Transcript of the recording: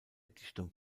dichtung